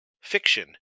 fiction